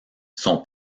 son